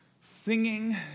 Singing